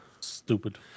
stupid